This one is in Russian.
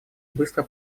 быстро